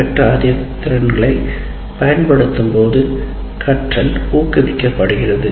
பெற்ற அறிவுத் திறன்களை பயன்படுத்தும் போது கற்றல் ஊக்குவிக்கப்படுகிறது